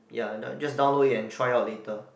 ya dow~ just download it and try out later